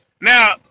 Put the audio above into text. Now